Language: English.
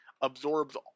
absorbs